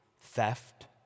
theft